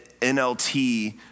NLT